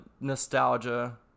nostalgia